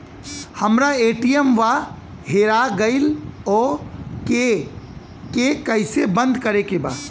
हमरा ए.टी.एम वा हेरा गइल ओ के के कैसे बंद करे के बा?